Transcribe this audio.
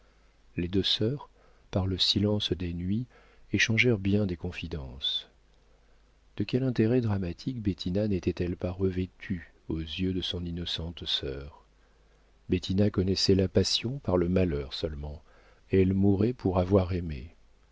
les deux sœurs par le silence des nuits échangèrent bien des confidences de quel intérêt dramatique bettina n'était-elle pas revêtue aux yeux de son innocente sœur bettina connaissait la passion par le malheur seulement elle mourait pour avoir aimé